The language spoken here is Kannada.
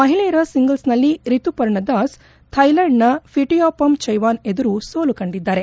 ಮಹಿಳೆಯರ ಸಿಂಗಲ್ಸ್ ನಲ್ಲಿ ರಿತುಪರ್ಣದಾಸ್ ಥೈಲ್ಕಾಂಡ್ ನ ಫಿಟ್ಟಿಯಾಪಾಮ್ ಚೈವಾನ್ ಎದುರು ಸೋಲು ಕಂಡಿದ್ದಾರೆ